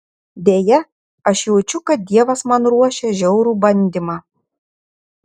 deja aš jaučiu kad dievas man ruošia žiaurų bandymą